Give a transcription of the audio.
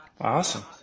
awesome